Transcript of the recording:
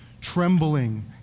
trembling